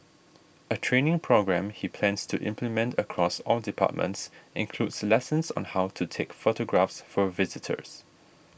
a training programme he plans to implement across all departments includes lessons on how to take photographs for visitors